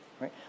right